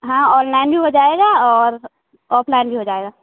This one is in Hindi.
हाँ और ऑनलाइन भी हो जाएगा और ऑफलाइन भी हो जाएगा